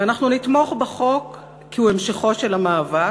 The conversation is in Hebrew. ואנחנו נתמוך בחוק כי הוא המשכו של המאבק,